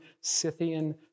Scythian